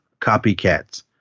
copycats